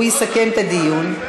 הוא יסכם את הדיון.